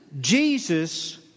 Jesus